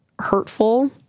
hurtful